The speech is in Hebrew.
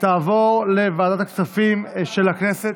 ותעבור לוועדת הכספים של הכנסת.